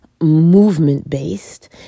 movement-based